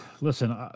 listen